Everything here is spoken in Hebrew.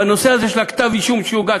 בנושא הזה של כתב-האישום שהוגש,